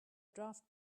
draft